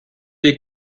est